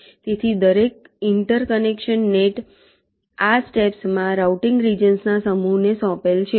તેથી દરેક interconnection net આ સ્ટેપ્સમાં રાઉટીંગ રિજન્સ ના સમૂહને સોંપેલ છે